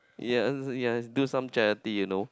yes you must do some charity you know